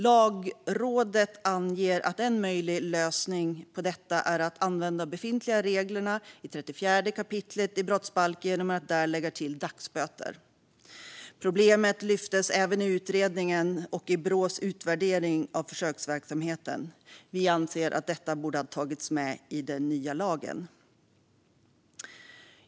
Lagrådet anger att en möjlig lösning på detta är att använda de befintliga reglerna i 34 kap. i brottsbalken genom att där lägga till dagsböter. Problemet lyftes även upp i utredningen och i Brås utvärdering av försöksverksamheten. Vi anser att detta borde ha tagits med i den nya lagen.